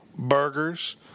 Burgers